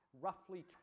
roughly